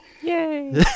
yay